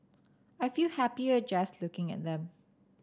I feel happier just looking at them